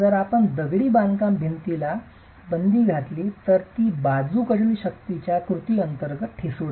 जर आपण दगडी बांधकाम भिंतीला बंदी घातली नाही तर ती बाजूकडील शक्तीच्या कृती अंतर्गत ठिसूळ आहे